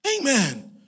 Amen